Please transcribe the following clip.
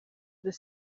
the